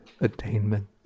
attainment